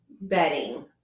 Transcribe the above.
bedding